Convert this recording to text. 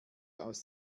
aus